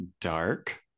dark